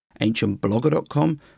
AncientBlogger.com